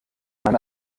man